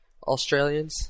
Australians